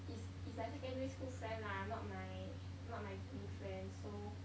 is is my secondary school friend lah not my not my uni friend so